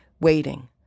waiting